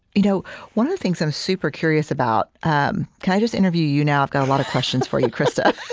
you know one of the things i'm super-curious about um can i just interview you now? i've got a lot of questions for you, krista.